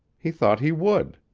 he thought he would.